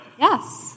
yes